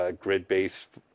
grid-based